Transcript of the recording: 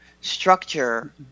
structure